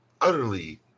utterly